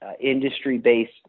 industry-based